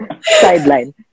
sideline